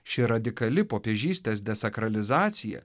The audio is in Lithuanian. ši radikali popiežystės desakralizacija